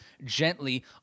gently